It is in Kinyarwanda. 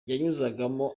yanyuzagamo